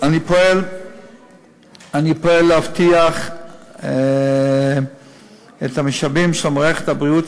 אני פועל להבטיח את המשאבים של מערכת הבריאות